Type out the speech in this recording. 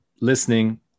listening